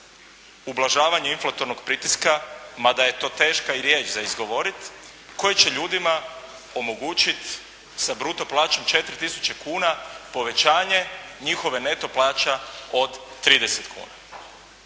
ublažavanje inflatornog pritiska mada je to teška riječ za izgovoriti, koji će ljudima omogućiti sa bruto plaćom 4 tisuće kuna povećanje njihove neto plaće od 30 kuna.